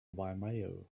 vimeo